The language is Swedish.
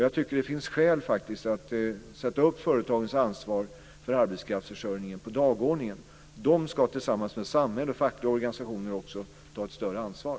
Jag tycker att det finns skäl att sätta upp företagens ansvar för arbetskraftsförsörjningen på dagordningen. De ska tillsammans med samhället och fackliga organisationer ta ett större ansvar.